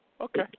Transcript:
Okay